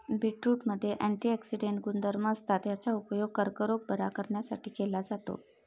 बीटरूटमध्ये अँटिऑक्सिडेंट गुणधर्म असतात, याचा उपयोग कर्करोग बरा करण्यासाठी केला जातो